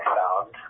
found